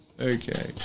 Okay